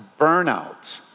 burnout